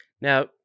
Now